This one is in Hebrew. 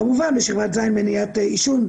כמובן בשכבת ז' מניעת עישון,